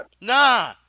Nah